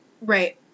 Right